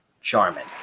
Charmin